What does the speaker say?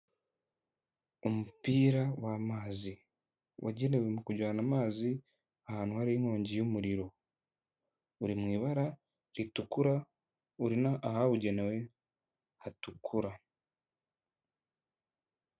Umupira w'amazi, wagenewe mu kujyana amazi ahantu hariho inkongi y'umuriro, uri mu ibara ritukura, uri ahabugenewe hatukura.